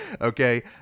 Okay